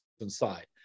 inside